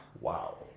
Wow